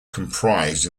comprised